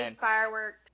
fireworks